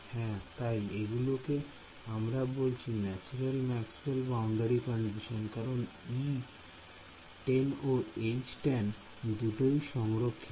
হ্যাঁ তাই এগুলোকে আমরা বলছি ন্যাচেরাল ম্যাক্সওয়েল বাউন্ডারি কন্ডিশন কারণ E টেন ও H টেন দুটোই সংরক্ষিত